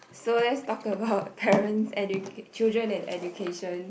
so let's talk about parents edu~ children and education